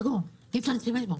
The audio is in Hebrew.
כעת הוא סגור ואי אפשר להשתמש בו.